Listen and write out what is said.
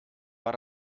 war